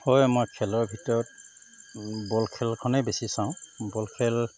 হয় মই খেলৰ ভিতৰত বল খেলখনেই বেছি চাওঁ বল খেল